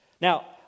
Now